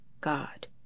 God